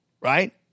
right